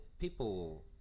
people